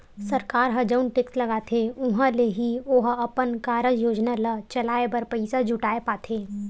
सरकार ह जउन टेक्स लगाथे उहाँ ले ही ओहा अपन कारज योजना ल चलाय बर पइसा जुटाय पाथे